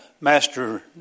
master